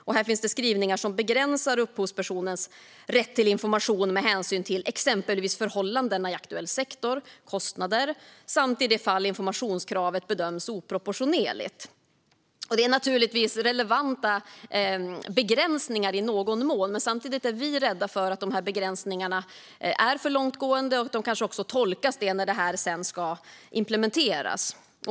Paragrafen innehåller skrivningar som begränsar upphovspersonens rätt till information med hänsyn till exempelvis förhållandena i aktuell sektor, kostnader samt i det fall informationskravet bedöms oproportionerligt. Det är naturligtvis relevanta begränsningar i någon mån, men samtidigt är vi rädda att dessa begränsningar är alltför långtgående och kanske också tolkas alltför långtgående när detta sedan ska implementeras.